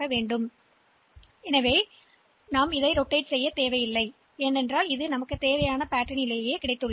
ஆகஎனவே இப்போது இங்கே நாம் எதையும் சுழற்றத் தேவையில்லை ஏனெனில் இது நான் சேமிக்க விரும்பும் முறை